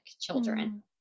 children